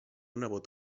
nebot